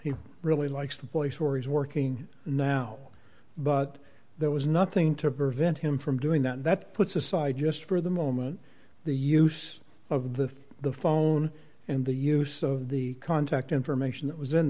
he really likes the boy stories working now but there was nothing to prevent him from doing that puts aside just for the moment the use of the the phone and the use of the contact information that was in